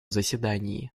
заседании